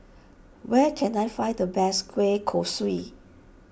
where can I find the best Kueh Kosui